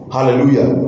Hallelujah